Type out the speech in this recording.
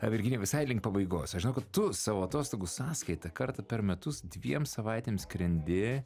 na virginijau visai link pabaigos aš žinau kad tu savo atostogų sąskaita kartą per metus dviem savaitėm skrendi